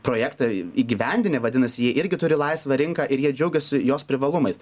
projektą įgyvendinę vadinasi jie irgi turi laisvą rinką ir jie džiaugiasi jos privalumais